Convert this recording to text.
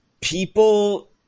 people